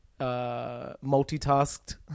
multitasked